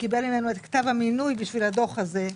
שקיבל ממנו את כתב המינוי בשביל הדוח הזה,